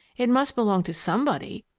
it must belong to somebody,